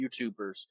YouTubers